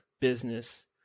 business